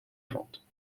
vente